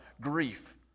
grief